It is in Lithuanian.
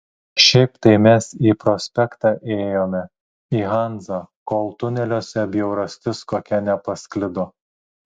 šiaip tai mes į prospektą ėjome į hanzą kol tuneliuose bjaurastis kokia nepasklido